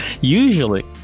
Usually